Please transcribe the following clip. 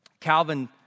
Calvin